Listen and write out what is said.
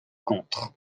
contre